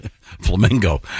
flamingo